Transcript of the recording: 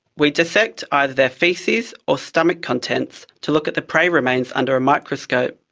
we dissect either their faeces or stomach contents to look at the prey remains under a microscope.